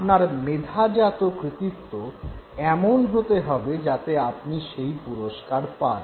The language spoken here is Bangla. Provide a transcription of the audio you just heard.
আপনার মেধাজাত কৃতিত্ব এমন হতে হবে যাতে আপনি সেই পুরস্কার পান